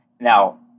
Now